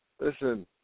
Listen